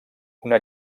una